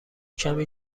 کمی